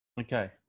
Okay